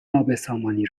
نابسامانی